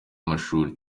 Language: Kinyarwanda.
amashuri